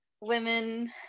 women